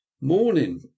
morning